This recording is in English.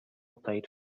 played